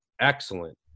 excellent